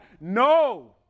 No